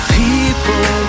people